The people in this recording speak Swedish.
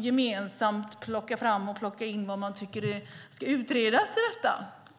gemensamt kan plocka fram och plocka in vad de tycker ska utredas i detta?